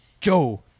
Joe